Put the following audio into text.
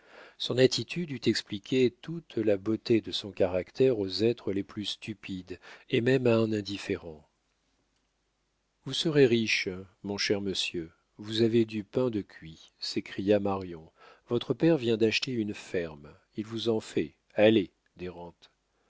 son attitude eût expliqué toute la beauté de son caractère aux êtres les plus stupides et même à un indifférent vous serez riche mon cher monsieur vous avez du pain de cuit s'écria marion votre père vient d'acheter une ferme il vous en fait allez